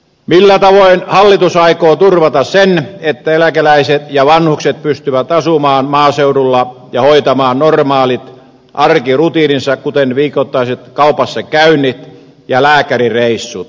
millä tavoin hallitus aikoo turvata sen että eläkeläiset ja vanhukset pystyvät asumaan maaseudulla ja hoitamaan normaalit arkirutiininsa kuten viikoittaiset kaupassakäynnit ja lääkärireissut ynnä muuta